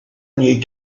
new